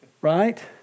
Right